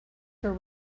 for